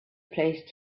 placed